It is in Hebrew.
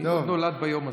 שהוא נולד ביום הזה,